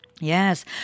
Yes